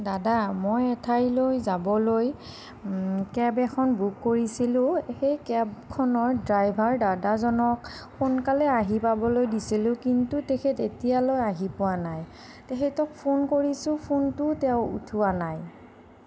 দাদা মই এঠাইলৈ যাবলৈ কেব এখন বুক কৰিছিলোঁ সেই কেবখনৰ ড্ৰাইভাৰ দাদাজনক সোনকালে আহি পাবলৈ দিছিলোঁ কিন্তু তেখেত এতিয়ালৈ আহি পোৱা নাই তেখেতক ফোন কৰিছোঁ ফোনটোও তেওঁ উঠোৱা নাই